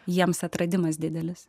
jiems atradimas didelis